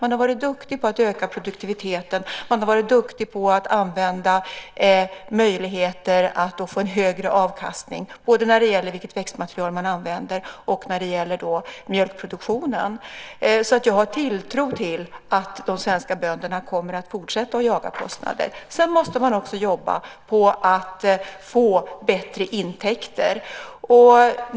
De har varit duktiga på att öka produktiviteten och på att använda möjligheter att få en högre avkastning både när det gäller vilket växtmaterial som används och när det gäller mjölkproduktionen. Jag har därför tilltro till att de svenska bönderna kommer att fortsätta med att jaga kostnader. Man måste också jobba på att få bättre intäkter.